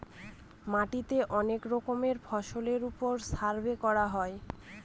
মাটিতে অনেক রকমের ফসলের ওপর সার্ভে করা হয়